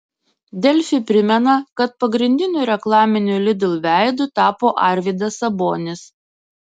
delfi primena kad pagrindiniu reklaminiu lidl veidu tapo arvydas sabonis